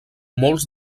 molts